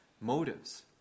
motives